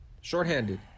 shorthanded